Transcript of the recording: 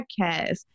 podcast